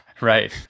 Right